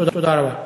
תודה רבה.